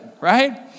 right